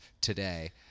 today